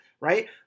right